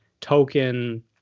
token